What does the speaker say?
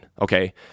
okay